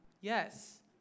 Yes